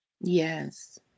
yes